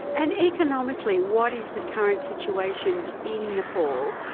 and economically what is the current situation in nepal?